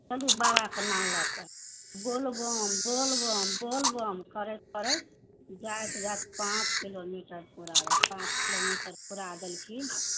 चलू बाबाके नाम लऽ के बोल बम बोल बम बोल बम करैत करैत जाइत जाइत पाँच किलोमीटर पूरा भेल पाँच किलोमीटर पुरा देलखिन